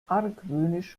argwöhnisch